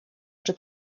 czy